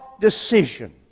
decision